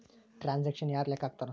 ಟ್ಯಾಕ್ಸನ್ನ ಯಾರ್ ಲೆಕ್ಕಾ ಹಾಕ್ತಾರ?